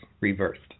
reversed